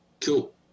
Cool